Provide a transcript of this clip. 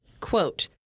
Quote